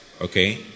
Okay